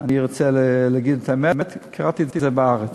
אני רוצה להגיד את האמת, קראתי את זה ב"הארץ",